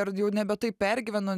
ir jau nebe taip pergyvenu